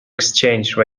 exchange